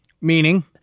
meaning